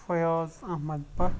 Fayaz Ahmad Bhat